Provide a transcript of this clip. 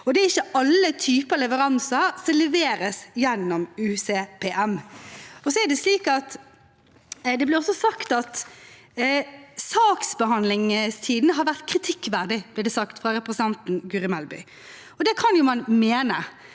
det er ikke alle slags leveranser som leveres gjennom UCPM. Det ble også sagt at saksbehandlingstiden har vært kritikkverdig – det ble sagt av representanten Guri Melby. Det kan man mene,